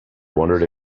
wondered